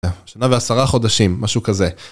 שנה ועשרה חודשים משהו כזה